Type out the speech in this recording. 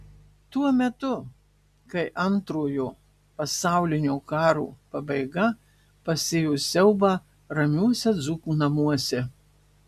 tuo metu kai antrojo pasaulinio karo pabaiga pasėjo siaubą ramiuose dzūkų namuose